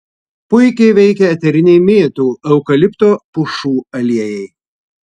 puikiai veikia eteriniai mėtų eukalipto pušų aliejai